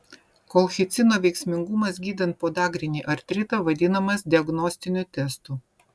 kolchicino veiksmingumas gydant podagrinį artritą vadinamas diagnostiniu testu